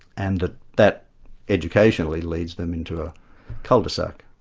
and that that educationally leads them into a cul-de-sac.